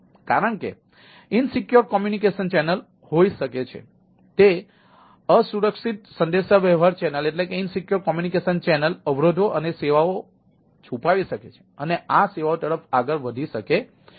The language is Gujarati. અને તે અસુરક્ષિત સંદેશાવ્યવહાર ચેનલ અવરોધો અને સેવાઓ છુપાવી શકે છે અને સેવાઓ તરફ આગળ વધી શકે છે